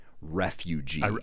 refugee